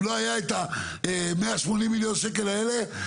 אם לא היה את ה-180 מיליון שקלים האלה,